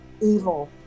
evil